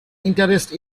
interest